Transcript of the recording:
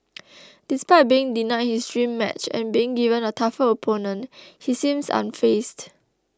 despite being denied his dream match and being given a tougher opponent he seems unfazed